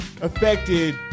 affected